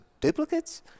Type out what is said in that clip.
duplicates